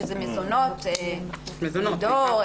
שזה מזונות וכדו'?